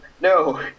No